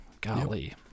golly